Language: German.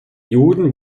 juden